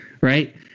Right